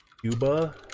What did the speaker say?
Cuba